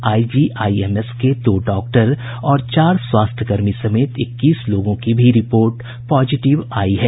IGIMS के दो doctor और चार स्वास्थ्य कर्मी समेत इक्कीस लोगों की भी रिपोर्ट भी पॉजिटिव आयी है